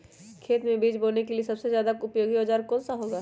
खेत मै बीज बोने के लिए सबसे ज्यादा उपयोगी औजार कौन सा होगा?